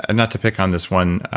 and not to pick on this one,